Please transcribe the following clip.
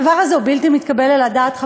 הדבר הזה בלתי מתקבל על הדעת,